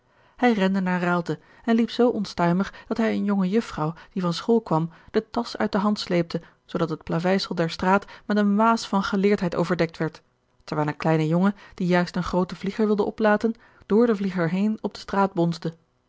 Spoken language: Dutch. hij rende naar raalte en liep zoo onstuimig dat hij eene jonge jufvrouw die van school kwam de tasch uit de hand sleepte zoodat het plaveisel der straat met een waas van geleerdheid overdekt werd terwijl een kleine jongen die juist een grooten vlieger wilde oplaten door den vlieger heen op de straat bonsde